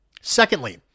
Secondly